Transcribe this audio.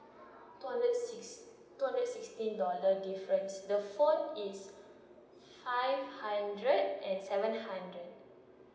two hundred sixteen two hundred sixteen dollar difference the phone is five hundred and seven hundred